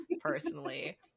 Personally